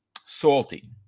salty